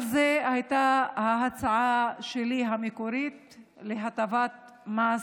ההצעה המקורית שלי הייתה הטבת מס